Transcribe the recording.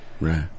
Right